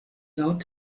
laut